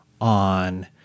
on